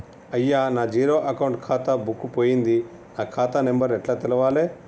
అయ్యా నా zero account ఖాతా బుక్కు పోయింది నా ఖాతా నెంబరు ఎట్ల తెలవాలే?